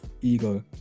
ego